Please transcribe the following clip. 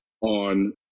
on